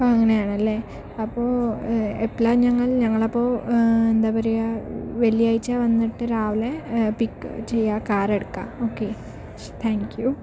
അപ്പോൾ അങ്ങനെയാണല്ലേ അപ്പോൾ എപ്പോളാണ് ഞങ്ങൾ ഞങ്ങളപ്പോൾ എന്താ പറയുക വെള്ളിയാഴ്ച വന്നിട്ട് രാവിലെ പിക്ക് ചെയ്യാം കാറെടുക്കാം ഓക്കേ താങ്ക് യൂ